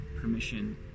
permission